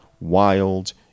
wild